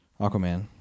aquaman